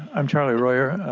am charley royer.